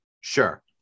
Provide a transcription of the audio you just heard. Sure